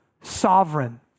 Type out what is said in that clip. sovereign